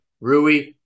Rui